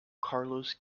carlos